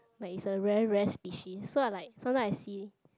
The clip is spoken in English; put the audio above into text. like it's a very rare species so I like sometimes I see